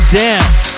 dance